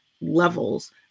levels